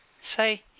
Say